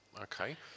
Okay